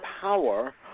power